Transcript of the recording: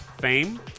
fame